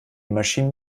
maschinen